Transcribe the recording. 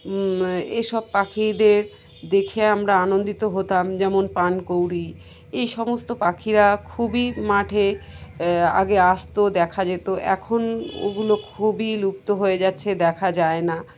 এসব পাখিদের দেখে আমরা আনন্দিত হতাম যেমন পানকৌড়ি এই সমস্ত পাখিরা খুবই মাঠে আগে আসতো দেখা যেত এখন ওগুলো খুবই লুপ্ত হয়ে যাচ্ছে দেখা যায় না